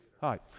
hi